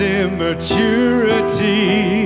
immaturity